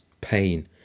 pain